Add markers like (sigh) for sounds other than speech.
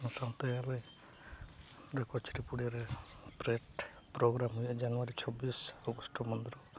ᱚᱱᱟ ᱥᱟᱶᱛᱮ ᱟᱞᱮ (unintelligible) ᱯᱨᱮᱰ ᱯᱨᱳᱜᱨᱟᱢ ᱦᱩᱭᱩᱜᱼᱟ ᱡᱟᱱᱩᱣᱟᱨᱤ ᱪᱷᱟᱵᱵᱤᱥ (unintelligible)